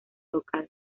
local